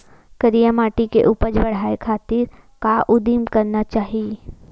करिया माटी के उपज बढ़ाये खातिर का उदिम करना चाही?